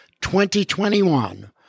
2021